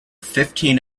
fifteen